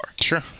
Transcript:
Sure